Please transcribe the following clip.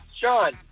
Sean